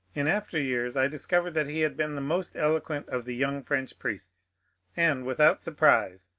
in after years i discovered that he had been the most eloquent of the young french priests and without surprise,